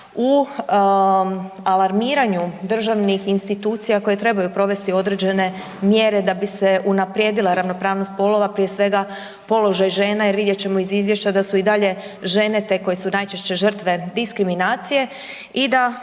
u alarmiranju državnih institucija koje trebaju provesti određene mjere da bi se unaprijedila ravnopravnost spolova, prije svega položaj žena jer vidjet ćemo iz izvješća da su i dalje žene te koje su najčešće žrtve diskriminacije i da